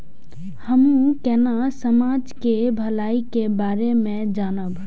हमू केना समाज के भलाई के बारे में जानब?